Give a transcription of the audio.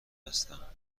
هستم